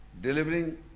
delivering